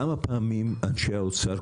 כמה פעמים אנשי האוצר,